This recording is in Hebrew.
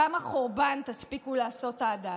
כמה חורבן תספיקו לעשות עד אז.